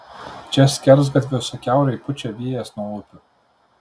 čia skersgatviuose kiaurai pučia vėjas nuo upių